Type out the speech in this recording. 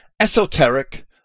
esoteric